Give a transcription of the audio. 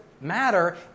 matter